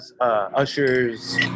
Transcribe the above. Usher's